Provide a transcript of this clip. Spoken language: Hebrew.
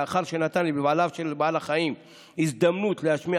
לאחר שנתן לבעליו של בעל החיים הזדמנות להשמיע